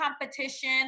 competition